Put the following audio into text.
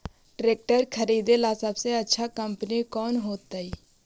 Tractor खरीदेला सबसे अच्छा कंपनी कौन होतई?